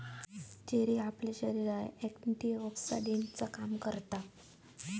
cherry आपल्या शरीरात एंटीऑक्सीडेंटचा काम करता